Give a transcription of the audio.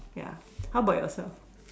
ya how bout yourself